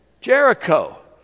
Jericho